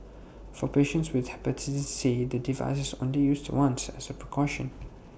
for patients with Hepatitis C the device is on the used once as A precaution